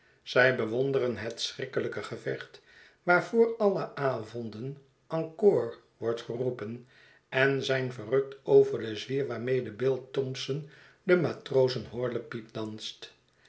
zij bewonderenhetschrikkelijke gevecht waarvoor alle avonden encore wordt geroepen en zijn verrukt over den zwier waarmede bill thompson de matrozen horlepijp danst